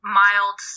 mild